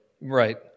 Right